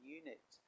unit